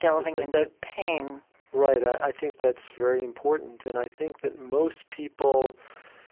delving into pain right. i think that's very important and i think that most people